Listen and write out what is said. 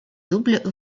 double